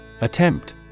Attempt